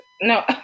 no